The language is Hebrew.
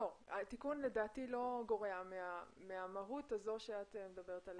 לדעתי התיקון לא גורע מהמהות עליה את מדברת.